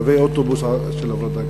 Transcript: קווי אוטובוס של הפרדה גזעית?